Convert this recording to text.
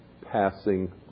passing